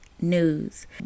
news